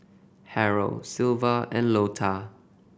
Harrell Sylva and Lota